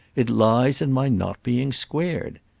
it lies in my not being squared.